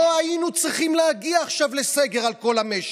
לא היינו צריכים להגיע עכשיו לסגר על כל המשק.